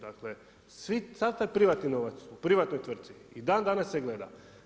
Dakle sav taj privatni novac u privatnoj tvrtki i dan danas se gleda.